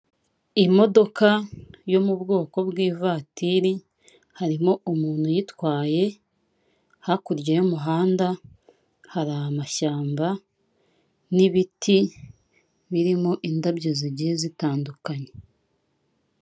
Imodoka yo mu bwoko bw'ivatiri, harimo umuntu yitwaye, hakurya y'umuhanda hari amashyamba, n'ibiti birimo indabyo zigiye zitandukanye.